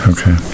Okay